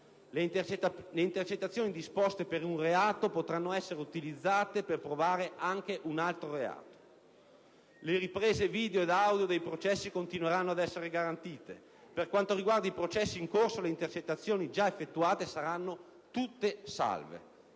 Le intercettazioni disposte per un reato potranno essere utilizzate per provare anche un altro reato. Le riprese video ed audio dei processi continueranno ad essere garantite. Per quanto riguarda i processi in corso, le intercettazioni già effettuate saranno tutte salve.